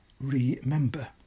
remember